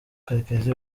karekezi